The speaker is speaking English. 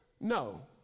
No